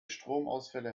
stromausfälle